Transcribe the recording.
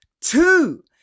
two